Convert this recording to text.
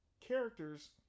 characters